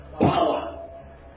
Power